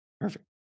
perfect